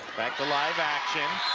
back alive action